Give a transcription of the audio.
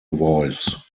voice